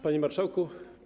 Panie Marszałku!